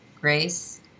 Grace